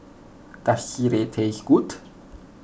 does Sireh taste good